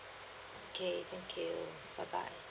okay thank you bye bye